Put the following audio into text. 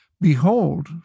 behold